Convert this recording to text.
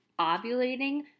ovulating